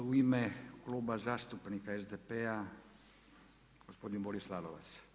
U ime Kluba zastupnika SDP-a gospodin Boris Lalovac.